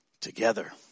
together